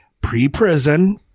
pre-prison